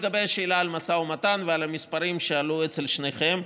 לגבי השאלה על משא ומתן ועל המספרים שעלו אצל שניכם.